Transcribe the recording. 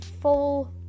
full